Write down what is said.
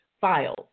files